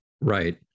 Right